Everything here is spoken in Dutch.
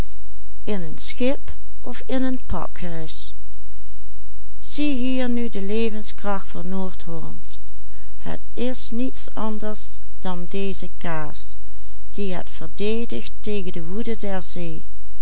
in een schip of in een pakhuis zie hier nu de levenskracht van noordholland het is niets anders dan deze kaas die het verdedigt tegen de woede